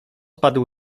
padł